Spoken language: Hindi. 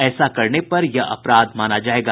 ऐसा करने पर यह अपराध माना जायेगा